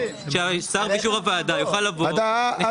ששר באישור הוועדה יוכל לבוא --- לא,